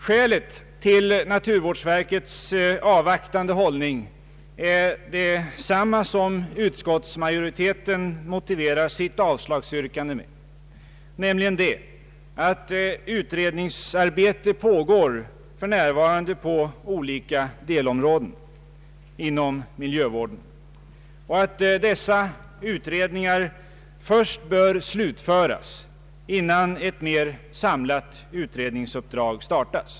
Skälet till naturvårdsverkets avvaktande hållning är detsamma som utskottsmajoriteten motiverar sitt avslagsyrkande med, nämligen det att utredningsarbete pågår för närvarande på olika delområden inom miljövården och att dessa utredningar först bör slutföras innan ett mer samlat utredningsuppdrag startas.